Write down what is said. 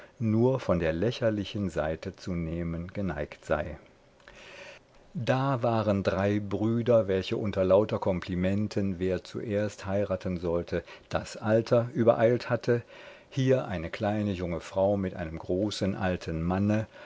nur von der lächerlichen seite zu nehmen geneigt sei da waren drei brüder welche unter lauter komplimenten wer zuerst heiraten sollte das alter übereilt hatte hier eine kleine junge frau mit einem großen alten manne